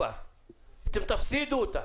אתם תפסידו אותה.